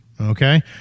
Okay